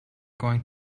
going